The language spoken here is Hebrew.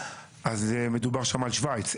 אז מדובר שם על שוויץ,